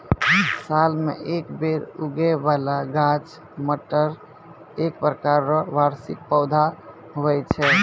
साल मे एक बेर उगै बाला गाछ मटर एक प्रकार रो वार्षिक पौधा हुवै छै